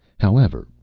however,